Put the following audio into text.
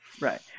Right